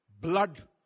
blood